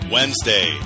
Wednesday